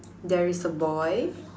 there is a boy